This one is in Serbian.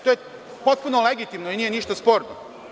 To je potpuno legitimno i nije ništa sporno.